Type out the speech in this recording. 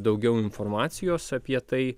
daugiau informacijos apie tai